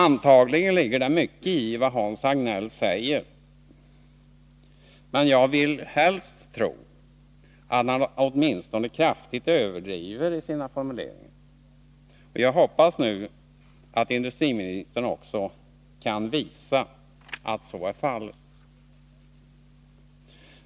Antagligen ligger det mycket i vad Hans Hagnell säger, men jag vill helst tro att han åtminstone kraftigt överdriver i sina formuleringar. Jag hoppas nu att industriministern också kan visa att så är fallet.